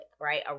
right